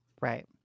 Right